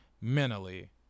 mentally